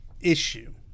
issue